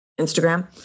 Instagram